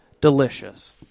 delicious